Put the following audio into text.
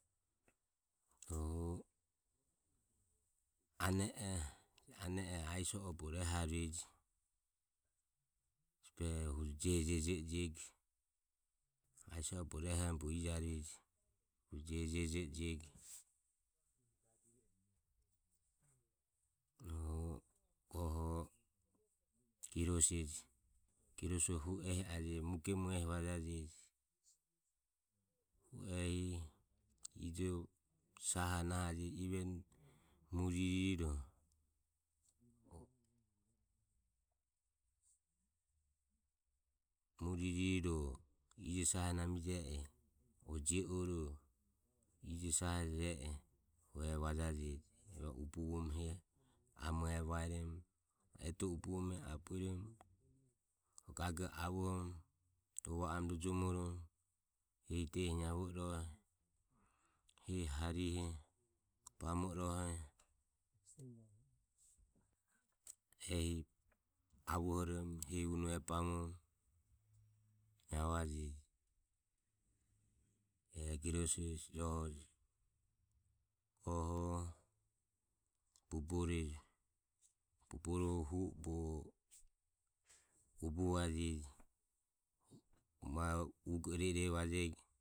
Rohu ane oho ie so oho bogo reharueje hesi behoho hu jejo jejo e jego ie so oho bogo rehorommo bogo ijarueje hu jejo jejo e jego. Rohu goho girose je. girosoho hu o ehi e ajeji ehi ijo sahe nahajeji evan mue ririro. mue ririro ijo sahe name je e o jio oro ijo sahe je e hu e vajajeji hu e ubuvoromo hehi amoho e vaeromo eto e ubuvoromo e abueromo gagoho avohoromo rova oromo rojomoromo hehi diehi naivo irohe. hehi harihe bamo irohe ehi avohoromo hehi unoho e bamoromo naivajeji ae eho giroso hesi joho je. Goho bubore je. buboroho hu bogo ubuvaje hu ma ugo iro iore vajego